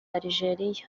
algeria